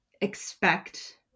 expect